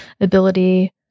ability